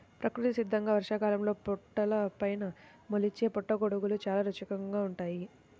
ప్రకృతి సిద్ధంగా వర్షాకాలంలో పుట్టలపైన మొలిచే పుట్టగొడుగులు చాలా రుచికరంగా ఉంటాయి